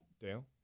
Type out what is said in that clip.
Dale